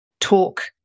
talk